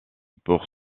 pour